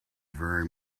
very